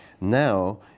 Now